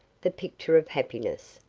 the picture of happiness.